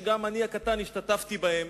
שגם אני הקטן השתתפתי בהם,